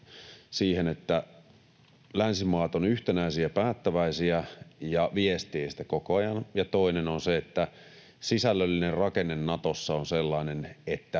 siihen, että länsimaat ovat yhtenäisiä ja päättäväisiä viestien siitä koko ajan, ja toinen on se, että sisällöllinen rakenne Natossa on sellainen, että